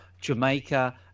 Jamaica